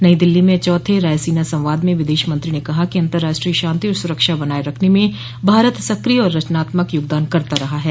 नई दिल्ली में चौथे रायसीना संवाद में विदेश मंत्री ने कहा कि अंतर्राष्ट्रीय शांति और सुरक्षा बनाये रखने में भारत सक्रिय और रचनात्मक योगदान करता रहा है